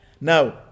Now